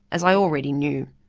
as i already knew.